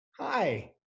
Hi